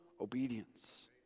obedience